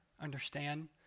understand